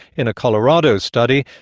in a colorado study,